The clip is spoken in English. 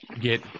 get